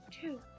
two